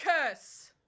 curse